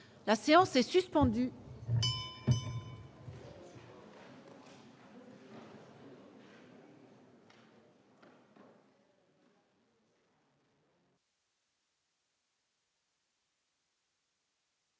La séance est suspendue.